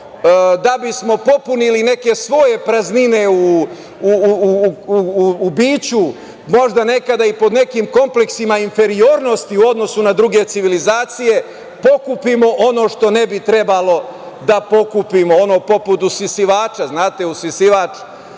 da bismo popunili neke svoje praznine u biću, možda nekada i pod nekim kompleksima inferiornosti u odnosu na druge civilizacije, pokupimo ono što ne bi trebalo da pokupimo, ono poput usisivača. Znate, usisivač